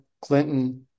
Clinton